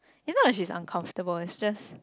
you know as she is uncomfortable and stress